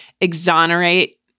exonerate